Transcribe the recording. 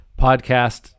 podcast